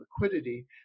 liquidity